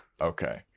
Okay